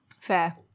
Fair